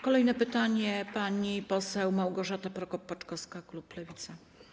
Kolejne pytanie, pani poseł Małgorzata Prokop-Paczkowska, klub Lewica.